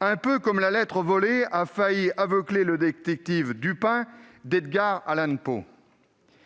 un peu comme la lettre volée a failli aveugler le détective Auguste Dupin d'Edgar Allan Poe.